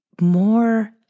more